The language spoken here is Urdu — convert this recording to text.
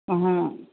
ہاں